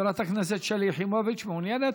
חברת הכנסת שלי יחימוביץ, מעוניינת?